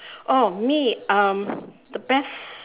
oh me um the best